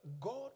God